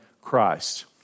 Christ